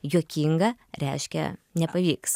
juokinga reiškia nepavyks